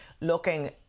looking